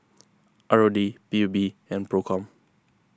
R O D P U B and Procom